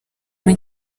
muri